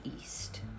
east